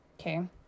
Okay